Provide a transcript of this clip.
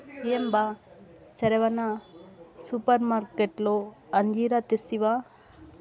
ఏం బా సెరవన సూపర్మార్కట్లో అంజీరా తెస్తివా